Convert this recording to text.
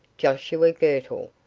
joshua girtle,